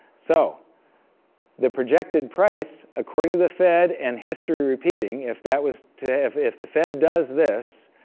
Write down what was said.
so the projected price, according to the fed and history repeating, if that was to if if the fed does this,